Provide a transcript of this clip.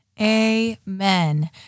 Amen